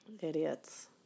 Idiots